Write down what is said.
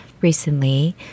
Recently